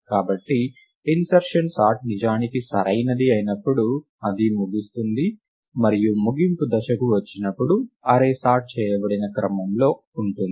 కాబట్టి insertion sort నిజానికి సరైనది అయినప్పుడు అది ముగుస్తుంది మరియు ముగింపు దశకి వచ్చినప్పుడు అర్రే సార్ట్ చేయబడిన క్రమంలో ఉంటుంది